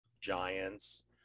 giants